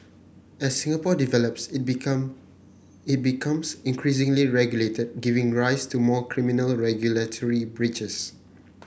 as Singapore develops it become it becomes increasingly regulated giving rise to more criminal regulatory breaches